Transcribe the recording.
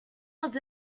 was